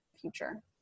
future